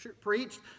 preached